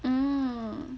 mm